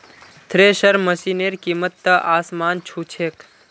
thresher मशिनेर कीमत त आसमान छू छेक